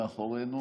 מאחורינו.